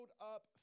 up